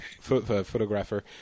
photographer